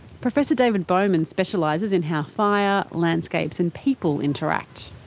professor david bowman specialises in how fire, landscapes and people interact.